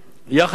יחד עם זאת,